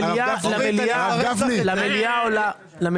אחראי.